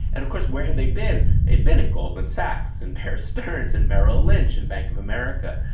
and of course where had they been? they had been at goldman sachs and bear stearns and merrill lynch and bank of america.